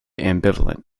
ambivalent